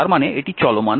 তার মানে এটি চলমান